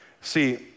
See